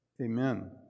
Amen